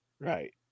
right